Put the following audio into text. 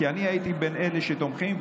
כי אני הייתי בין אלה שתומכים,